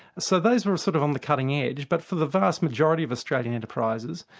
so those were sort of on the cutting edge, but for the vast majority of australian enterprises,